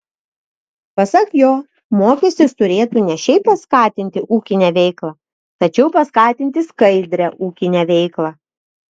pasak jo mokestis turėtų ne šiaip paskatinti ūkinę veiklą tačiau paskatinti skaidrią ūkinę veiklą